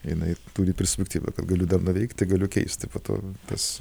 jinai turi perspektyvą kad galiu dar nuveikti galiu keisti po to tas